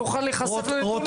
תוכל להיחשף -- אני אשמח,